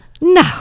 No